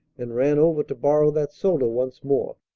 and ran over to borrow that soda once more.